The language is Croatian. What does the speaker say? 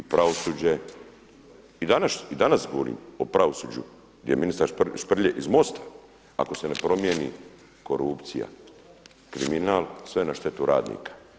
I pravosuđe i danas govorim o pravosuđu gdje je ministar Šprlje iz MOST-a, ako se ne promijeni korupcija, kriminal, sve na štetu radnika.